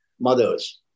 mothers